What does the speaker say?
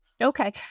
Okay